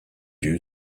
you